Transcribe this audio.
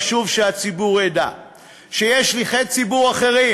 חשוב שהציבור ידע שיש שליחי ציבור אחרים,